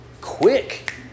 quick